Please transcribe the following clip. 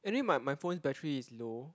anyway my my phone battery is low